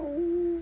um